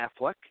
Affleck